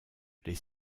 les